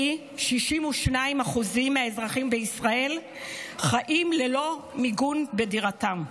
62% מהאזרחים בישראל חיים ללא מיגון בדירתם.